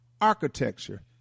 architecture